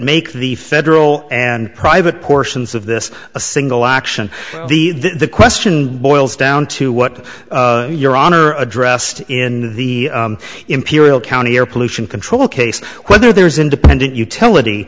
make the federal and private portions of this a single action the the question boils down to what your honor addressed in the imperial county air pollution control case whether there is independent utility